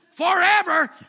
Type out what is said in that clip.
Forever